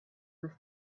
was